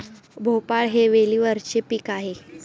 भोपळा हे वेलीवरचे पीक आहे